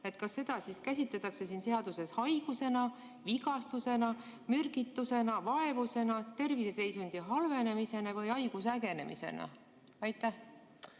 Kas seda käsitletakse siin seaduses haigusena, vigastusena, mürgistusena, vaevusena, terviseseisundi halvenemisena või haiguse ägenemisena? Ma